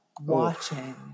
watching